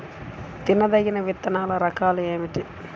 తినదగిన విత్తనాల రకాలు ఏమిటి?